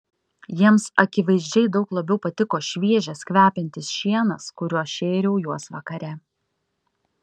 jiems akivaizdžiai daug labiau patiko šviežias kvepiantis šienas kuriuo šėriau juos vakare